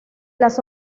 las